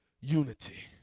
unity